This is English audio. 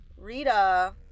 Rita